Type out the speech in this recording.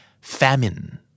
famine